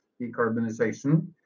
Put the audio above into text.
decarbonization